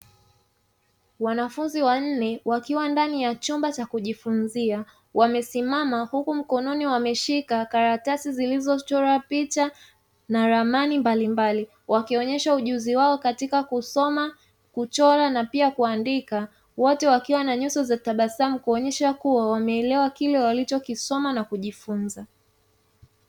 Wanafunzi wanne wakiwa ndani ya chumba cha kujifunzia wamesimama huku mkononi wameshika karatasi zilizochorwa picha na ramani mbalimbali; wakionyesha ujuzi wao katika kusoma, kuchora na pia kuandika. Wote wakiwa na nyuso za tabasamu kuonyesha kuwa wameelewa kile walichokisoma na kujifunza.